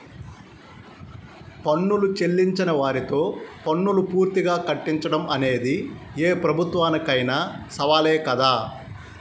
పన్నులు చెల్లించని వారితో పన్నులు పూర్తిగా కట్టించడం అనేది ఏ ప్రభుత్వానికైనా సవాలే కదా